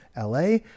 LA